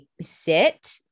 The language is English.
sit